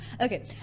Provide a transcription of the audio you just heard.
Okay